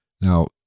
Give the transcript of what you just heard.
now